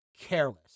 careless